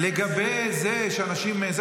לגבי זה שאנשים זה,